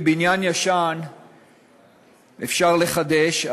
בניין ישן אפשר לחדש,